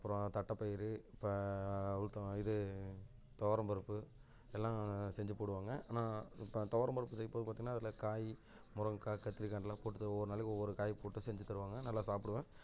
அப்புறம் தட்டைப்பயிறு இப்போ உளுத்த இது துவரம் பருப்பு எல்லாம் செஞ்சு போடுவாங்க ஆனால் இப்போ துவரம் பருப்பு செய்யகுள்ள பார்த்திங்கன்னா அதில் காய் முருங்கைக்கா கத்திரிக்காய்லாம் போட்டுதான் ஒவ்வொரு நாளைக்கும் ஒவ்வொரு காய் போட்டு செஞ்சு தருவாங்க நல்லா சாப்பிடுவேன்